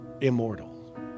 immortal